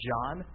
John